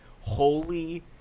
Holy